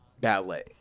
ballet